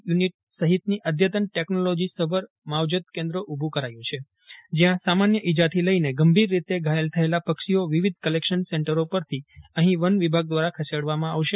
you NEET સહિતની અદ્યતન ટેક્નિલોજીસભર માવજત કેન્દ્ર ઊભું કરાયું છે જ્યાં સામાન્ય ઈજાથી લઈને ગંભીર રીતે ઘાયલ થયેલા પક્ષીઓ વિવિધ કલેક્શન સેન્ટરો પરથી અહીં વન વિભાગ દ્વારા ખસેડવામાં આવશે